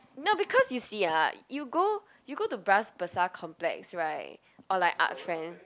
no because you see ah you go you go to Bras-Basah complex right or like Art-Friend